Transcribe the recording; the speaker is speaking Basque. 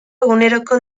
eguneroko